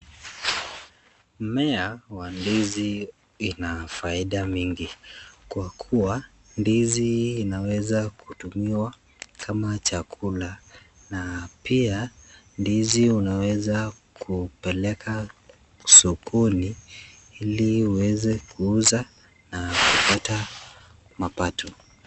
Mmea wa ndizi ina faida mingi kwa kuwa ndizi inaweza kutumiwa kama chakula na pia ndizi unaweza kupeleka sokoni ili uweze kuuza na kupata mapato.